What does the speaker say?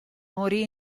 morì